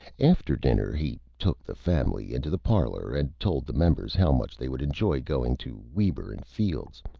after dinner he took the family into the parlor, and told the members how much they would enjoy going to weber and fields'.